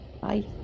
Bye